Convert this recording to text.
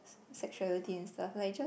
sexuality and stuff like just